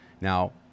now